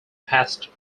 pastor